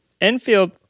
Enfield